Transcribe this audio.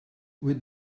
with